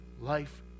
life